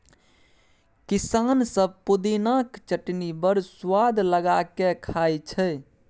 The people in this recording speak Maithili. किसान सब पुदिनाक चटनी बड़ सुआद लगा कए खाइ छै